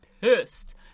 pissed